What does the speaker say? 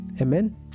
Amen